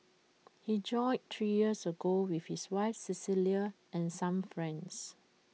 he joined three years ago with his wife Cecilia and some friends